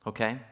Okay